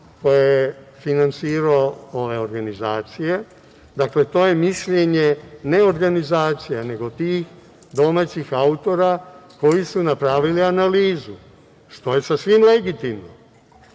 ko je finansirao ove organizacije. Dakle, to je mišljenje ne organizacije, nego tih domaćih autora koji su napravili analizu, što je sasvim legitimno. Mi